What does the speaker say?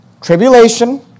Tribulation